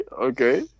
okay